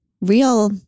real